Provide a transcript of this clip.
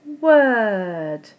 word